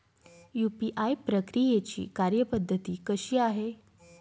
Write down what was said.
UPI प्रक्रियेची कार्यपद्धती कशी आहे?